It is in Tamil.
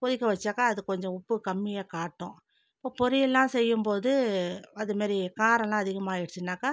கொதிக்க வச்சாக்கா அது கொஞ்சம் உப்பு கம்மியாக காட்டும் இப்போ பொரியல்லா செய்யும்போது அது மாரி காரலாம் அதிகமாயிடுச்சுனாக்கா